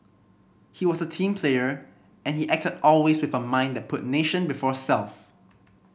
he was a team player and he acted always with a mind that put nation before self